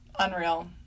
Unreal